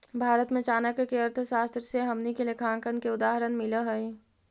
भारत में चाणक्य के अर्थशास्त्र से हमनी के लेखांकन के उदाहरण मिल हइ